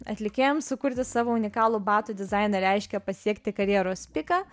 atlikėjam sukurti savo unikalų batų dizainą reiškia pasiekti karjeros piką